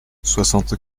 soixante